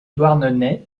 douarnenez